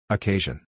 Occasion